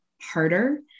harder